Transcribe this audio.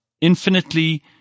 infinitely